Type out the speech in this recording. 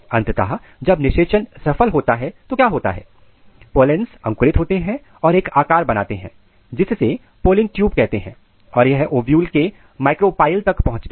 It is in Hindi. अंततः जब निषेचन सफल होता है तो क्या होता है पोलैंस अंकुरित होते हैं और एक आकार बनाते हैं जिससे पॉलिन ट्यूब कहते हैं और यह ओव्यूल के माइक्रोपाइल तक पहुंचते हैं